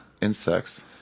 insects